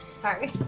Sorry